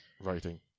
writing